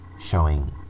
showing